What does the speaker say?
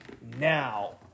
Now